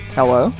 Hello